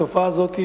התופעה הזאת,